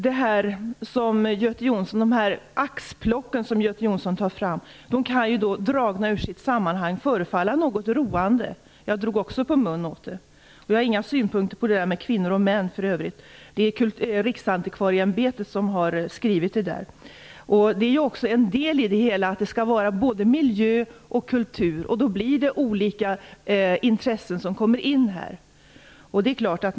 De axplock som Göte Jonsson gjorde kan, dragna ur sitt sammanhang, förefalla något roande. Jag drog också på mun åt dem. Jag har för övrigt inga synpunkter på det här med kvinnor-män, det är Riksantikvarieämbetet som har skrivit det där. En del i det hela är att det skall vara både miljö och kultur, och då kommer olika intressen in.